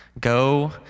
Go